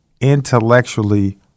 intellectually